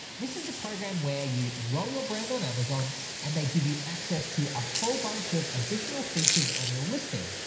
this is a program where you enroll your brand on amazon and they give you access to a whole bunch of additional features on your listing.